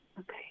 Okay